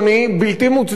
משום בחינה שהיא.